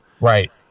right